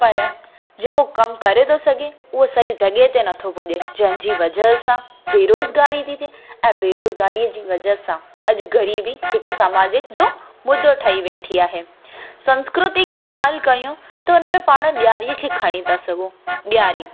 पर जेको कम करे थो सघे उहो सही जॻहि ते नथो पुॼे जंहिंजी वजह सां बेरोज़गारी थी थिए ऐं बेरोज़गारीअ जी वजह सां अॼु ग़रीबी हिकु समाजिक जो मुदो ठही वेठी आहे सांस्कृतिक जी ॻाल्हि कयूं त उन में पाण ॾियारीअ खे खणी था सघूं ॾियारी